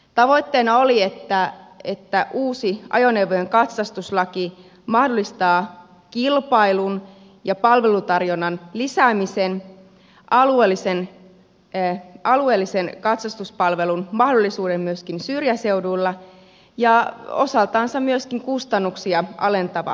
tavoitteena oli että uusi ajoneuvojen katsastuslaki mahdollistaa kilpailun ja palvelutarjonnan lisäämisen alueellisen katsastuspalvelun mahdollisuuden myöskin syrjäseuduilla ja osaltansa myöskin kustannuksia alentavan vaikutuksen